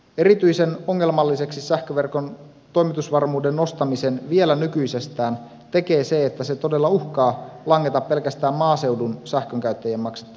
erityisen ongelmalliseksi sähköverkon toimitusvarmuuden nostamisen vielä nykyisestään tekee se että se todella uhkaa langeta pelkästään maaseudun sähkönkäyttäjien maksettavaksi